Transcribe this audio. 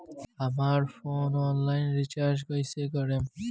हमार phone online recharge कईसे करेम?